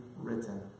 written